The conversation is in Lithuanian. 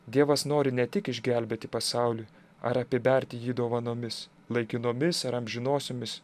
dievas nori ne tik išgelbėti pasaulį ar apiberti jį dovanomis laikinomis ar amžinosiomis